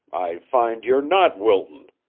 i find you're not wilton,